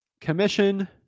Commission